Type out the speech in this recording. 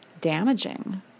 damaging